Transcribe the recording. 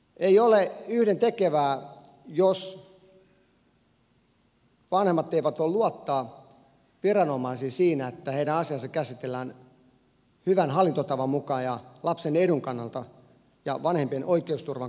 ei ole yhdentekevää jos vanhemmat eivät voi luottaa viranomaisiin siinä että heidän asiansa käsitellään hyvän hallintotavan mukaan ja lapsen edun kannalta ja vanhempien oikeusturvan kannalta oikein